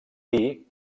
dir